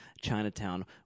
Chinatown